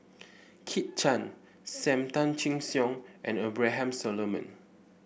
Kit Chan Sam Tan Chin Siong and Abraham Solomon